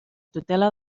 tutela